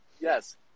Yes